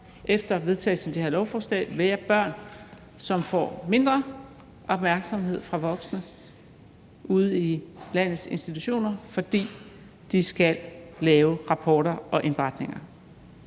efter vedtagelsen af det her lovforslag være børn, som får mindre opmærksomhed fra voksne ude i landets institutioner, fordi de voksne skal lave rapporter og indberetninger?